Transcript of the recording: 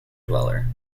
dweller